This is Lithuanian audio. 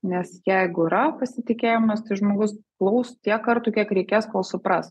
nes jeigu yra pasitikėjimas tai žmogus klaus tiek kartų kiek reikės kol supras